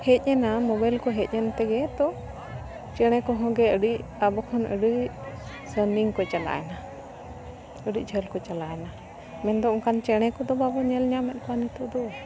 ᱦᱮᱡ ᱮᱱᱟ ᱢᱳᱵᱟᱭᱤᱞ ᱠᱚ ᱦᱮᱡ ᱮᱱᱛᱮᱜᱮ ᱛᱚ ᱪᱮᱬᱮ ᱠᱚᱦᱚᱸ ᱜᱮ ᱟᱰᱤ ᱟᱵᱚ ᱠᱷᱚᱱ ᱟᱹᱰᱤ ᱥᱟᱺᱜᱤᱧ ᱠᱚ ᱪᱟᱞᱟᱣᱮᱱᱟ ᱟᱹᱰᱤ ᱡᱷᱟᱹᱞ ᱠᱚ ᱪᱟᱞᱟᱣᱮᱱᱟ ᱢᱮᱱᱫᱚ ᱚᱱᱠᱟᱱ ᱪᱮᱬᱮ ᱠᱚᱫᱚ ᱵᱟᱵᱚᱱ ᱧᱮᱞ ᱧᱟᱢᱮᱫ ᱠᱚᱣᱟ ᱱᱤᱛᱳᱜ ᱫᱚ